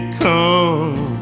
come